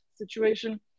situation